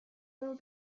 will